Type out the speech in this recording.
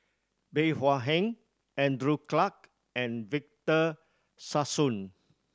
Bey Hua Heng Andrew Clarke and Victor Sassoon